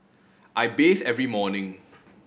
I bathe every morning